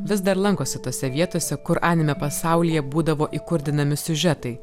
vis dar lankosi tose vietose kur anime pasaulyje būdavo įkurdinami siužetai